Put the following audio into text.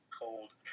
cold